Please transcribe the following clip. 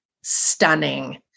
stunning